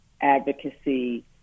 advocacy